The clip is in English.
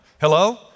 Hello